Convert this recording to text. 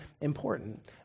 important